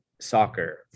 soccer